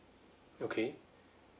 okay